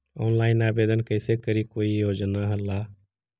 Online आवेदन कैसे करी कोई योजना ला?